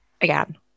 again